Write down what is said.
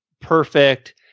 perfect